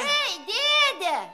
ei dėde